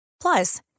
Plus